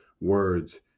words